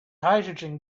hydrogen